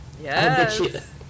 Yes